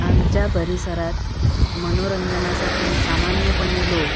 आमच्या परिसरात मनोरंजनासाठी सामान्यपणे लो